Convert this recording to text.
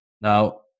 Now